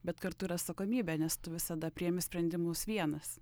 bet kartu ir atsakomybė nes tu visada priėmi sprendimus vienas